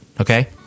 Okay